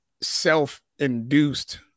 Self-induced